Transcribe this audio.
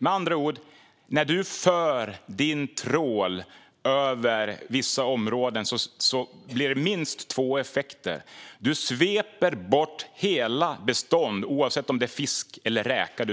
Med andra ord: När trålen förs över vissa områden blir det minst två effekter. Den första är att hela bestånd sveps bort och aldrig kommer tillbaka, oavsett om det är fisk eller räkor.